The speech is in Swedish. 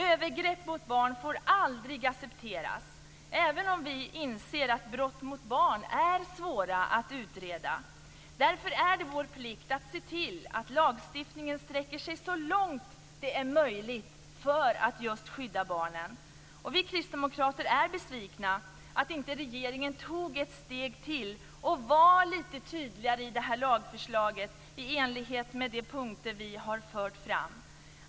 Övergrepp mot barn får aldrig accepteras, även om vi inser att brott mot barn är svåra att utreda. Därför är det vår plikt att se till att lagstiftningen sträcker sig så långt det är möjligt för att just skydda barnen. Vi kristdemokrater är besvikna över att regeringen inte tog ett steg till och var lite tydligare i detta lagförslag i enlighet med de punkter som vi har fört fram.